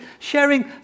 sharing